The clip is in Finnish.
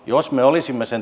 jos me olisimme sen